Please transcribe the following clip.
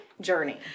journey